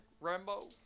Rambo